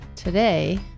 Today